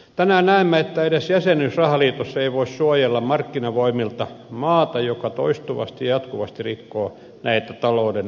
tänään näemme että edes jäsenyys rahaliitossa ei voi suojella markkinavoimilta maata joka toistuvasti ja jatkuvasti rikkoo näitä talouden perussääntöjä